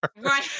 Right